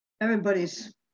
everybody's